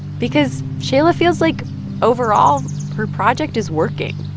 because shaila feels like overall her project is working.